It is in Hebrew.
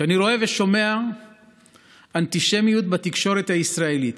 כשאני רואה ושומע אנטישמיות בתקשורת הישראלית,